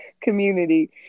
community